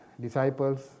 disciples